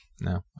No